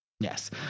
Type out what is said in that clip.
Yes